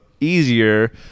Easier